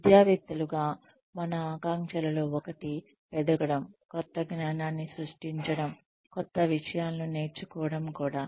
విద్యావేత్తలుగా మన ఆకాంక్షలలో ఒకటి ఎదగడం కొత్త జ్ఞానాన్ని సృష్టించడం క్రొత్త విషయాలను నేర్చుకోవడం కూడా